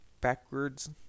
backwards